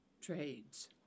trades